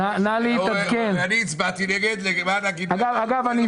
התעריף עוד יותר אמור להיות מוזל וההוזלה הזאת